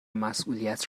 مسئولیت